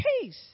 peace